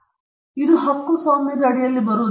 speaker 1 ಇದು ಹಕ್ಕುಸ್ವಾಮ್ಯದ ಅಡಿಯಲ್ಲಿ ಬರುವುದಿಲ್ಲ